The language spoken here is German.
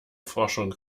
forschung